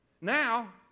Now